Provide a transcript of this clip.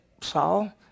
Saul